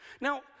Now